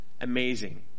Amazing